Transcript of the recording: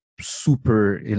super